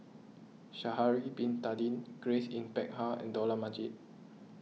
Sha'ari Bin Tadin Grace Yin Peck Ha and Dollah Majid